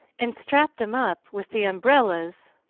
and strap them up with the umbrellas,